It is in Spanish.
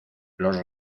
los